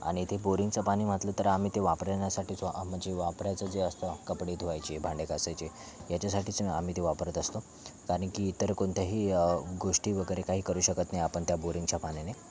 आणि ते बोरिंगचं पाणी म्हटलं तर आम्ही ते वापरण्यासाठीच वा म्हणजे वापरायचं जे असतं कपडे धुवायचे भांडे घासायचे याच्यासाठीच आम्ही ते वापरत असतो कारण की इतर कोणत्याही गोष्टी वगैरे काही करू शकत नाही आपण त्या बोरिंगच्या पाण्याने